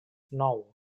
nou